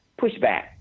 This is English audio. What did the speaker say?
pushback